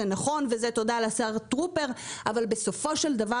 זה נכון ותודה לשר טרופר אבל בסופו של דבר,